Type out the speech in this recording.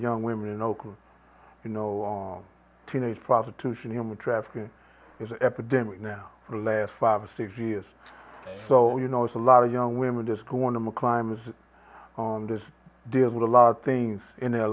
young women in oakland you know on teenage prostitution human trafficking is epidemic now for the last five or six years so you know it's a lot of young women this go on i'm a climbers on this deal with a lot of things in their